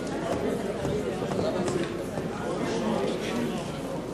סיעות חד"ש רע"ם-תע"ל בל"ד להביע אי-אמון בממשלה לא נתקבלה.